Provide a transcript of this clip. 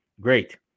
Great